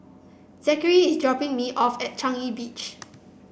Zackary is dropping me off at Changi Beach